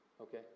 Okay